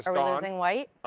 sort of losing white?